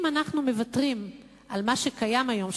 אם אנחנו מוותרים על מה שקיים היום,